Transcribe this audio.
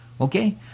Okay